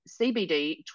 CBD